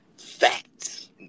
facts